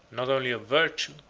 not only of virtue,